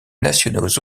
nationaux